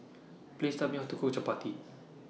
Please Tell Me How to Cook Chapati